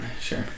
Sure